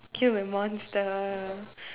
kill a monster